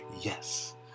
Yes